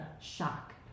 shock